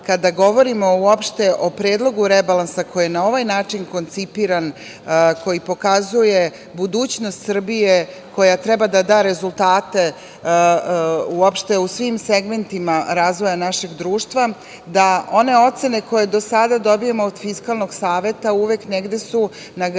kada govorimo o Predlogu rebalansa koji je na ovaj način koncipiran, koji pokazuje budućnost Srbije koja treba da da rezultate u svim segmentima razvoja našeg društva, da one ocene koje do sada dobijamo od Fiskalnog saveta uvek su negde na granici